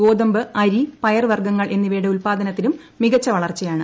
ഗോതമ്പ് അരി പയർവർഗ്ഗങ്ങൾ എന്നിവയുടെ ഉത്പാദനത്തിലും മികച്ച വളർച്ചയാണ്